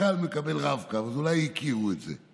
חכ"ל מקבל רב-קו, אז אולי היא הכירה את זה.